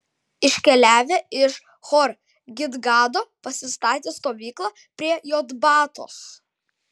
iškeliavę iš hor gidgado pasistatė stovyklą prie jotbatos